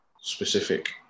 specific